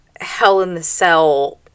hell-in-the-cell